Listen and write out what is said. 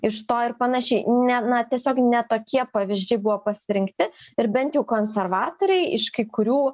iš to ir panašiai ne na tiesiog ne tokie pavyzdžiai buvo pasirinkti ir bent jau konservatoriai iš kai kurių